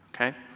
okay